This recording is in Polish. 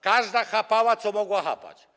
Każda chapała, co mogła chapać.